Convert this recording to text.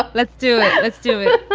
ah let's do it. let's do it.